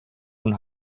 und